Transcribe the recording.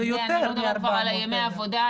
אני לא מדברת כבר על ימי עבודה,